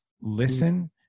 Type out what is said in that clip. listen